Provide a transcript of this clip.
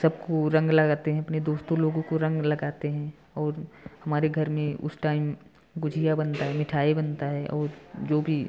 सबको रंग लगाते हैं अपने दोस्तों लोगों को रंग लगाते हैं और हमारे घर में उस टाइम गुझिया बनता है मिठाई बनता है और जो भी